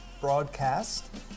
Broadcast